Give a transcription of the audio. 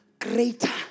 greater